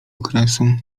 okresu